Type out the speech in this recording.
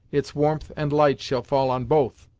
its warmth and light shall fall on both.